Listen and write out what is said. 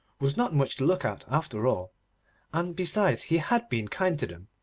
was not much look at after all and, besides, he had been kind to them,